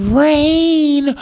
rain